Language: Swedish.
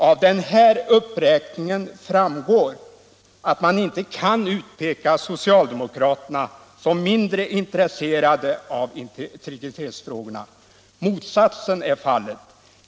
Av denna uppräkning framgår att man inte kan utpeka socialdemokraterna som mindre intresserade av integritetsfrågorna. Motsatsen är fallet.